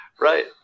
right